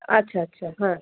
আচ্ছা আচ্ছা হ্যাঁ